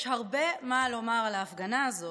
יש הרבה מה לומר על ההפגנה הזאת.